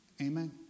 amen